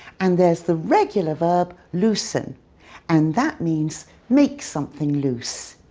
and there's the regular verb loosen and that means make something loose.